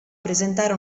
presentare